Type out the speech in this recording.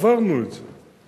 עברנו את זה.